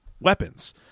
weapons